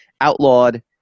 outlawed